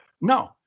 No